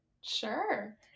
sure